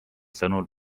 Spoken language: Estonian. sõnul